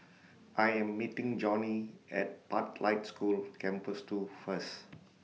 I Am meeting Johnnie At Pathlight School Campus two First